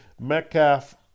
Metcalf